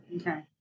Okay